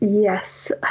Yes